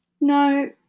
No